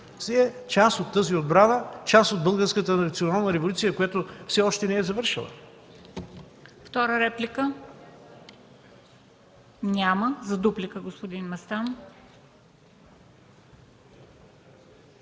са част от тази отбрана, част от българската национална революция, която все още не е завършила.